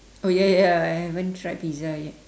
oh ya ya ya I haven't tried pizza yet